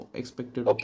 expected